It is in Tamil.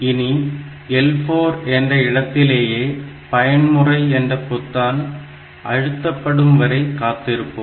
இனி L4 என்ற இடத்திலேயே பயன்முறை என்ற பொத்தான் அழுத்தப்படும் வரை காத்திருப்போம்